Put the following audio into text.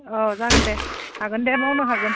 अ जागोन दे जागोन दे मावनो हागोन